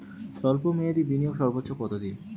স্বল্প মেয়াদি বিনিয়োগ সর্বোচ্চ কত দিন?